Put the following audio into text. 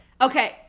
Okay